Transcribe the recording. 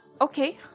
Okay